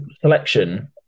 Selection